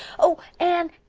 oh, anne,